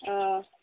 ꯑꯪ